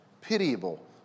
pitiable